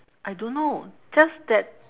I don't know just that